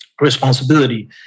responsibility